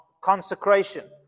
consecration